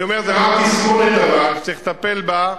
אני אומר שזה רק תסמונת, וצריך לטפל בה,